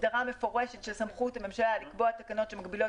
הסדרה מפורשת של סמכות הממשלה לקבוע תקנות שמגבילות